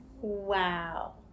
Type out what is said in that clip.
Wow